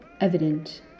evident